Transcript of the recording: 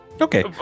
Okay